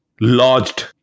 lodged